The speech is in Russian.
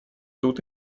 тут